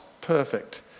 perfect